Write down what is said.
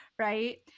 Right